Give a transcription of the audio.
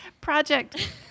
Project